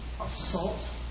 assault